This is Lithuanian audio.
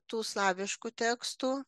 tų slaviškų tekstų